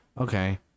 okay